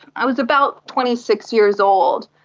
i was about twenty six years old,